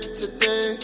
today